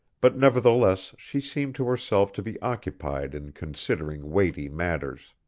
but nevertheless she seemed to herself to be occupied in considering weighty matters.